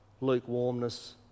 lukewarmness